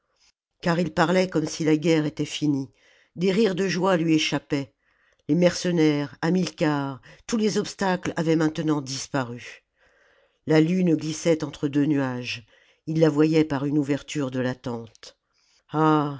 car il parlait comme si la guerre était finie des rires de joie lui échappaient les mercenaires hamilcar tous les obstacles avaient maintenant disparu la lune glissait entre deux nuages ils la voyaient par une ouverture de la tente ah